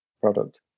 product